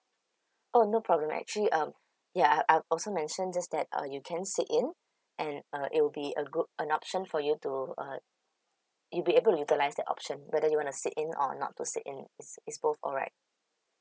oh no problem actually um yeah I I'm also mentioned just that uh you can sit in and uh it will be a group an option for you to uh you'd be able utilise that option whether you want to sit in or not to sit in it's it's both alright